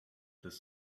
this